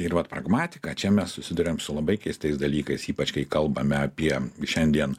ir vat pragmatika čia mes susiduriam su labai keistais dalykais ypač kai kalbame apie šiandien